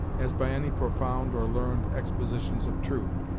as by any profound or learned expositions of truth,